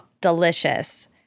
delicious